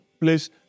Please